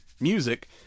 music